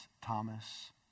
Thomas